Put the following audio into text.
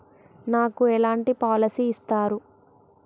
నాకు ఎలాంటి పాలసీ ఇస్తారు?